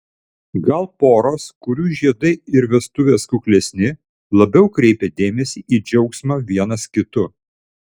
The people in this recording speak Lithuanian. gal poros kurių žiedai ir vestuvės kuklesni labiau kreipia dėmesį į džiaugsmą vienas kitu